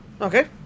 okay